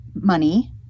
money